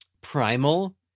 primal